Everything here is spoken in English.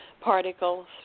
particles